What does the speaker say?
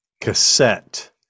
cassette